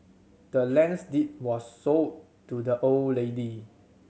the land's deed was sold to the old lady